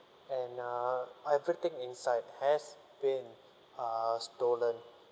and uh everything inside has been uh stolen